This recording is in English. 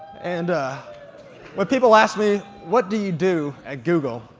and ah but people ask me what do you do at google,